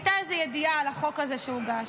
הייתה איזו ידיעה על החוק הזה שהוגש,